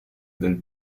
del